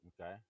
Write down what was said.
okay